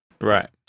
right